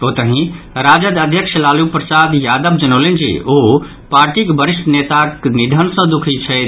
ओतहि राजद अध्यक्ष लालू प्रसाद यादव जनौलनि जे ओ पार्टीक वरिष्ठ नेताक निधन सँ दुखी छथि